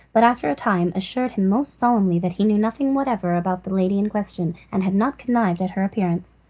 but after a time assured him most solemnly that he knew nothing whatever about the lady in question, and had not connived at her appearance.